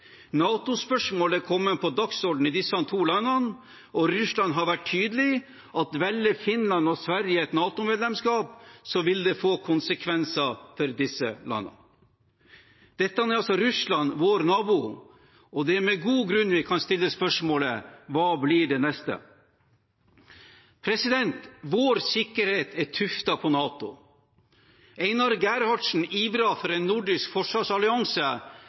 på dagsordenen i disse to landene, og Russland har vært tydelig på at velger Finland og Sverige et NATO-medlemskap, vil det få konsekvenser for disse landene. Dette er altså Russland, vår nabo, og det er med god grunn vi kan stille spørsmålet: Hva blir det neste? Vår sikkerhet er tuftet på NATO. Einar Gerhardsen ivret for en nordisk forsvarsallianse